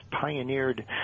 pioneered